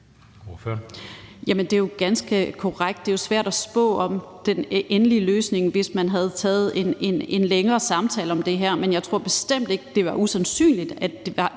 Det er jo ganske korrekt. Det er svært at spå om, hvad den endelige løsning havde været, hvis man havde taget en længere samtale om det her. Men jeg tror bestemt ikke, det er usandsynligt, at vi var